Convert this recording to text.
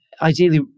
Ideally